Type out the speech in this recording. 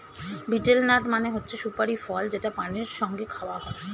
betel nut মানে হচ্ছে সুপারি ফল যেটা পানের সঙ্গে খাওয়া হয়